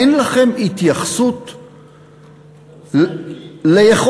אין לכם התייחסות לא.